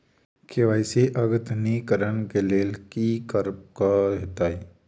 KYC अद्यतनीकरण कऽ लेल की करऽ कऽ हेतइ?